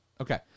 Okay